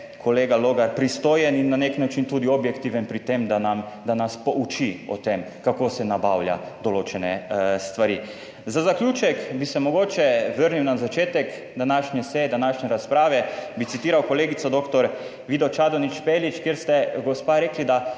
kolega Logar pristojen in na nek način tudi objektiven pri tem, da nam, da nas pouči o tem kako se nabavlja določene stvari. Za zaključek bi se mogoče vrnil na začetek današnje seje, današnje razprave, bi citiral kolegico dr. Vido Čadonič Špelič, kjer ste gospa rekli, da